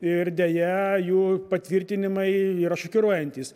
ir deja jų patvirtinimai yra šokiruojantys